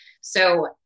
So-